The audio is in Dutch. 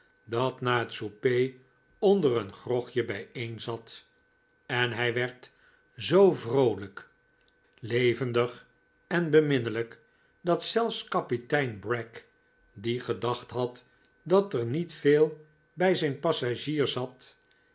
dat na het souper onder een grogje bijeen zat en hij werd zoo vroolijk levendig en beminnelijk dat zelfs kapitein bragg die gedacht had dat er niet veel bij zijn passagier zat